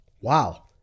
Wow